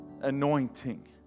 anointing